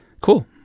Cool